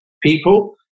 people